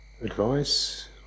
advice